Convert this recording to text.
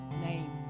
name